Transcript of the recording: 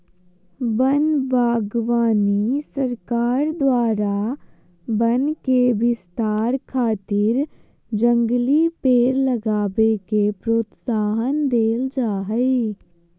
वन बागवानी सरकार द्वारा वन के विस्तार खातिर जंगली पेड़ लगावे के प्रोत्साहन देल जा हई